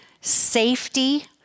safety